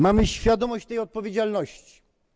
Mamy świadomość tej odpowiedzialności.